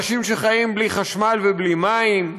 אנשים שחיים בלי חשמל ובלי מים.